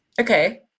Okay